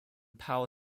power